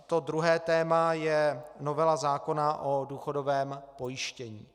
To druhé téma je novela zákona o důchodovém pojištění.